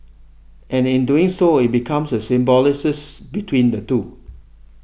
and in so doing it becomes a symbiosis between the two